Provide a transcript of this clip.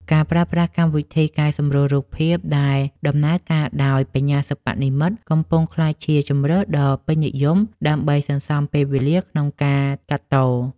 ការប្រើប្រាស់កម្មវិធីកែសម្រួលរូបភាពដែលដំណើរការដោយ បញ្ញាសិប្បនិម្មិត កំពុងក្លាយជាជម្រើសដ៏ពេញនិយមដើម្បីសន្សំពេលវេលាក្នុងការកាត់ត។